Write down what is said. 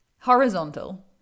Horizontal